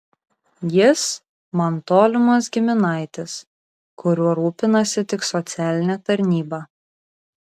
jis man tolimas giminaitis kuriuo rūpinasi tik socialinė tarnyba